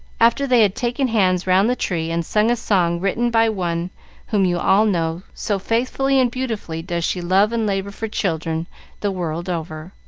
after they had taken hands round the tree and sung a song written by one whom you all know so faithfully and beautifully does she love and labor for children the world over.